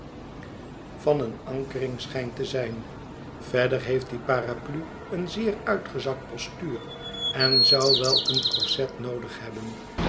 van een ankerring schijnt te zijn verder heeft die paraplu een zeer uitgezakt postuur en zou wel een korset noodig hebben